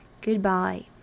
goodbye